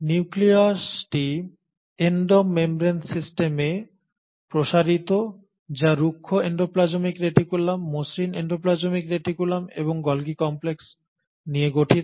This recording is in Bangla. নিউক্লিয়াসটি এন্ডো মেমব্রেন সিস্টেমে প্রসারিত যা রুক্ষ এন্ডোপ্লাজমিক রেটিকুলাম মসৃণ এন্ডোপ্লাজমিক রেটিকুলাম এবং গোলজি কমপ্লেক্স নিয়ে গঠিত